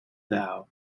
thou